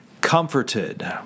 comforted